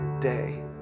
day